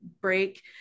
break